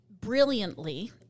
brilliantly